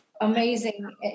Amazing